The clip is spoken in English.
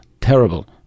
terrible